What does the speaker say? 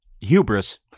hubris